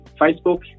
Facebook